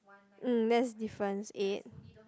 mm that's difference eight